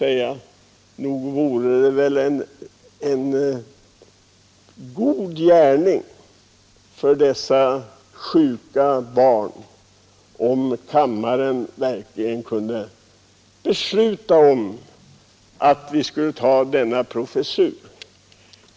Men nog vore det en god gärning för dessa sjuka barn om kammaren kunde fatta beslut om inrättande av denna professur.